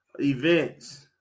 events